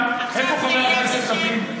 וגם, איפה חבר הכנסת לפיד?